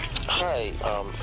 Hi